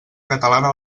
catalana